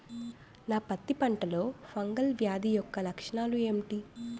నా పత్తి పంటలో ఫంగల్ వ్యాధి యెక్క లక్షణాలు ఏంటి?